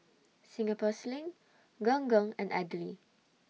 Singapore Sling Gong Gong and Idly